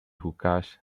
hookahs